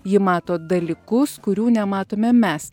ji mato dalykus kurių nematome mes